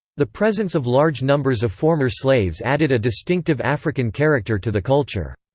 the presence of large numbers of former slaves added a distinctive african character to the culture.